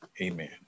Amen